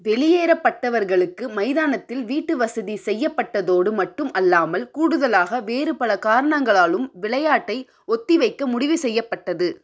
வெளியேறப்பட்டவர்களுக்கு மைதானத்தில் வீட்டுவசதி செய்யப்பட்டதோடு மட்டும் அல்லாமல் கூடுதலாக வேறு பல காரணங்களாலும் விளையாட்டை ஒத்திவைக்க முடிவு செய்யப்பட்டது